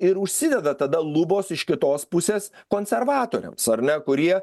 ir užsideda tada lubos iš kitos pusės konservatoriams ar ne kurie